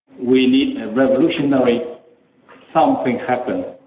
we need a revolutionary something happen.